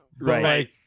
Right